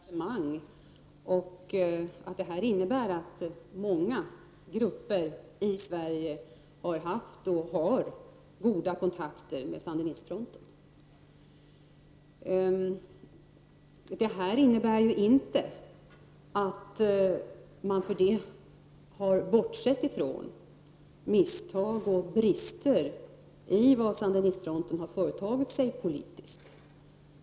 Herr talman! Det är sant att biståndet till Nicaragua har burits upp av ett brett folkligt engagemang. Det innebär att många grupper i Sverige har haft och har goda kontakter med sandinistfronten. Men det innebär inte att man därför har bortsett från misstag och brister i vad sandinistfronten har företagit sig politiskt.